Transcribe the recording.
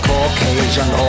Caucasian